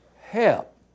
help